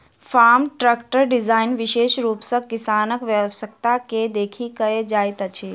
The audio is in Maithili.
फार्म ट्रकक डिजाइन विशेष रूप सॅ किसानक आवश्यकता के देखि कयल जाइत अछि